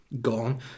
gone